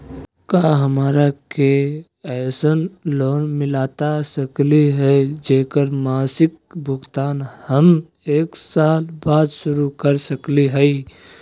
का हमरा के ऐसन लोन मिलता सकली है, जेकर मासिक भुगतान हम एक साल बाद शुरू कर सकली हई?